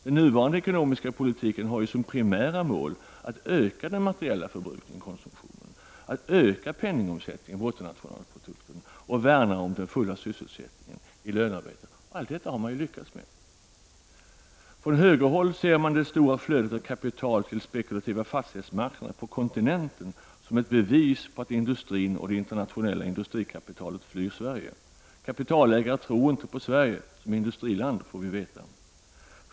Den nuvarande ekonomiska politiken har ju som primära mål att öka den materiella förbrukningen BNP och att värna om den fulla sysselsättningen inom lönearbetet. Allt detta har man lyckats med. Från högerhåll ser man det stora flödet av kapital till spekulativa fastighetsmarknader på kontinenten som ett bevis på att industrin och det interna tionella industrikapitalet flyr Sverige. Kapitalägare tror inte på Sverige som industriland, får vi veta.